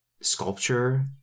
sculpture